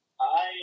Hi